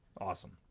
Awesome